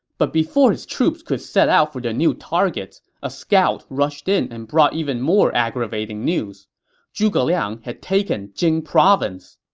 but before his troops could set out for their new targets, a scout rushed in and brought even more aggravating news zhuge liang had taken jing province!